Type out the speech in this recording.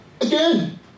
Again